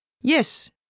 Yes